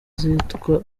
zitwa